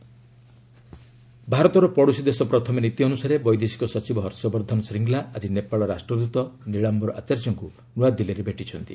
India Nepal Bangladesh ଭାରତର ପଡ଼ୋଶୀ ଦେଶ ପ୍ରଥମେ ନୀତି ଅନୁସାରେ ବୈଦେଶିକ ସଚିବ ହର୍ଷବର୍ଦ୍ଧନ ଶ୍ରୀଙ୍ଗଲା ଆଜି ନେପାଳ ରାଷ୍ଟ୍ରଦୂତ ନିଳାମ୍ବର ଆଚାର୍ଯ୍ୟଙ୍କୁ ନୁଆଦିଲ୍ଲୀରେ ଭେଟିଛନ୍ତି